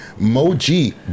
Moji